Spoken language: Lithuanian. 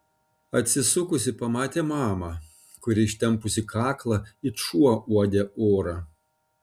atsisukusi pamatė mamą kuri ištempusi kaklą it šuo uodė orą